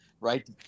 right